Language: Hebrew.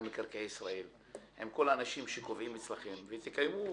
מקרקעי ישראל עם כל האנשים שקובעים אצלכם ותקיימו